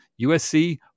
USC